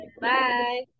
Bye